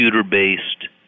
computer-based